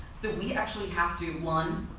that we actually have to one,